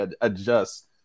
adjust